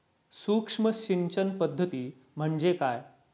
सूक्ष्म सिंचन पद्धती म्हणजे काय?